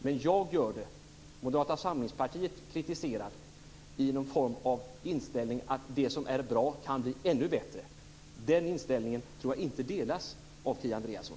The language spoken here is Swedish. Men jag och Moderata samlingspartiet kritiserar utifrån den inställningen att det som är bra kan bli ännu bättre. Den inställningen tror jag inte delas av Kia Andreasson.